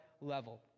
level